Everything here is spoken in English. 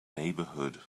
neighborhood